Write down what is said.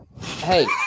hey